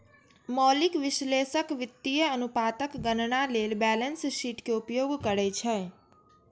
मौलिक विश्लेषक वित्तीय अनुपातक गणना लेल बैलेंस शीट के उपयोग करै छै